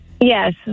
Yes